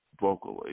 vocally